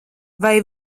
vai